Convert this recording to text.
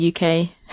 UK